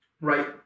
right